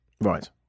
Right